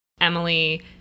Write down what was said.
Emily